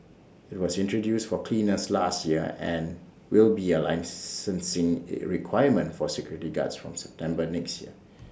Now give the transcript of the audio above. IT was introduced for cleaners last year and will be A licensing requirement for security guards from September next year